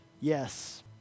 yes